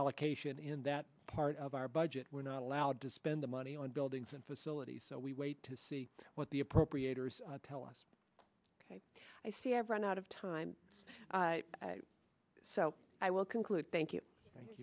allocation in that part of our budget we're not allowed to spend the money on buildings and facilities so we wait to see what the appropriators tell us i see i've ran out of time so i will conclude thank you thank